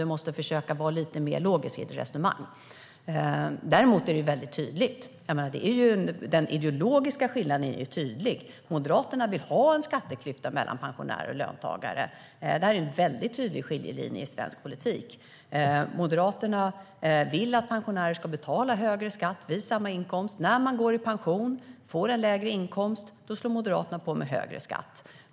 Du måste försöka vara lite mer logisk i ditt resonemang. Däremot är den ideologiska skillnaden tydlig. Moderaterna vill ha en skatteklyfta mellan pensionärer och löntagare. Där finns en tydlig skiljelinje i svensk politik. Moderaterna vill att pensionärer ska betala högre skatt vid samma inkomst. När de går i pension och får en lägre inkomst slår Moderaterna på med högre skatt.